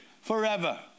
forever